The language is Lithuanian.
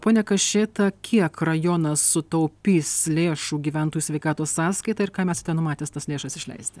pone kašėta kiek rajonas sutaupys lėšų gyventojų sveikatos sąskaita ir kam esate numatęs tas lėšas išleisti